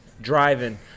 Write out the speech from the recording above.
driving